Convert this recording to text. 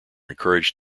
encouraged